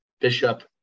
Bishop